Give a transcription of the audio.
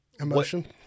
emotion